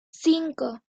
cinco